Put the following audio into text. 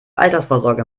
altersvorsorge